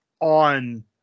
on